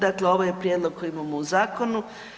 Dakle, ovo je prijedlog koji imamo u zakonu.